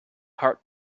heart